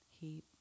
heat